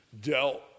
Dealt